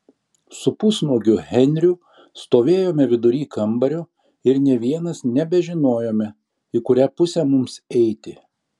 su pusnuogiu henriu stovėjome vidury kambario ir nė vienas nebežinojome į kurią pusę mums eiti